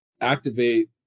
activate